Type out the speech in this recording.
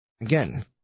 again